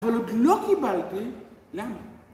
אבל עוד לא קיבלתי, לאן?